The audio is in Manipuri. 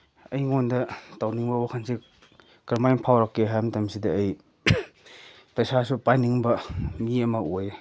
ꯑꯩꯉꯣꯟꯗ ꯇꯧꯅꯤꯡꯕ ꯋꯥꯈꯟꯁꯤ ꯀꯔꯝꯃꯥꯏꯅ ꯐꯥꯎꯔꯛꯀꯦ ꯍꯥꯏ ꯃꯇꯝꯁꯤꯗ ꯑꯩ ꯄꯩꯁꯥꯁꯨ ꯄꯥꯏꯅꯤꯡꯕ ꯃꯤ ꯑꯃ ꯑꯣꯏ